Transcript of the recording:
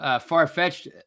far-fetched